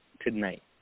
tonight